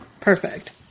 perfect